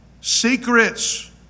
Secrets